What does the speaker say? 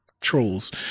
trolls